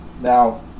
now